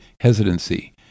hesitancy